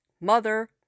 mother